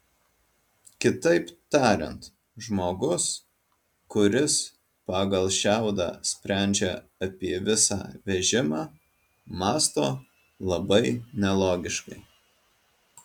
kitaip tariant žmogus kuris pagal šiaudą sprendžia apie visą vežimą mąsto labai nelogiškai